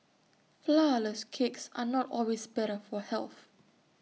Flourless Cakes are not always better for health